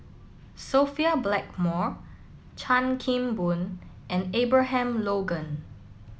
Sophia Blackmore Chan Kim Boon and Abraham Logan